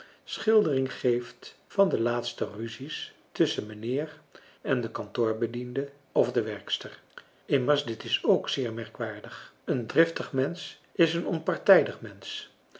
schildering geeft van de laatste ruzies tusschen mijnheer en den françois haverschmidt familie en kennissen kantoorbediende of de werkster immers dit is ook zeer merkwaardig een driftig mensch is een onpartijdig mensch